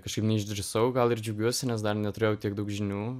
kažkaip neišdrįsau gal ir džiaugiuosi nes dar neturėjau tiek daug žinių